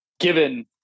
Given